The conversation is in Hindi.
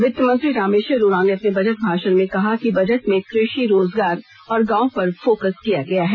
वित्त मंत्री रामेश्वर उरांव ने अपने बजट भाषण में कहा कि बजट में कृषि रोजगार और गांव पर फोकस किया गया है